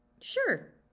Sure